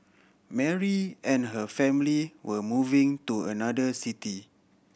Mary and her family were moving to another city